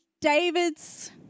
David's